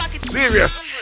Serious